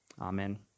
Amen